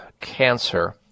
cancer